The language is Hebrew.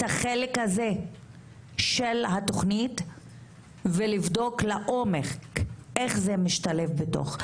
החלק הזה של התוכנית ולבדוק לעומק איך זה משתלב בתוך.